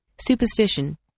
Superstition